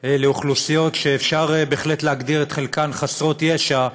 לאוכלוסיות שאפשר בהחלט להגדיר את חלקן חסרות ישע,